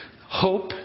Hope